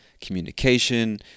communication